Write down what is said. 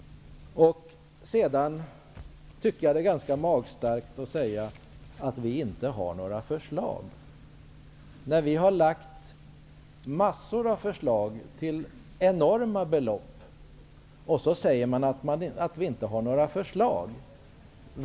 Jag tycker att det är magstarkt att säga att vi inte har några förslag. Vi har lagt fram massor av förslag till enorma belopp, och så säger man att vi inte har några förslag!